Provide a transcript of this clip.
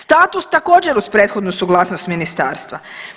Statut također uz prethodnu suglasnost ministarstva.